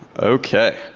okay.